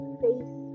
face